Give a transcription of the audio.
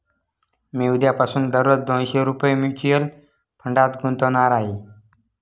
मी उद्यापासून दररोज दोनशे रुपये म्युच्युअल फंडात गुंतवणार आहे